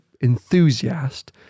enthusiast